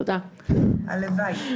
שמי ריי שגב.